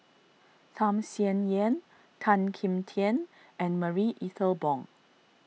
Tham Sien Yen Tan Kim Tian and Marie Ethel Bong